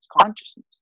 consciousness